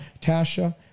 Tasha